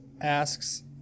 asks